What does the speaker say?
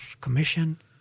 Commission